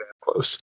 close